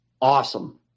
Awesome